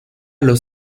los